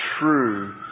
true